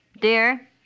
dear